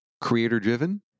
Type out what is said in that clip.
Creator-driven